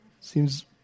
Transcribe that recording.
Seems